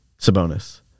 Sabonis